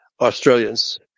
Australians